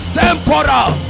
temporal